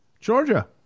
Georgia